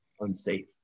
unsafe